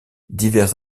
divers